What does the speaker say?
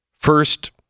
First